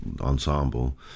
ensemble